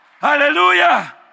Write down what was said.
Hallelujah